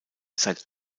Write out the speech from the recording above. seit